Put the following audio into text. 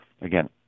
again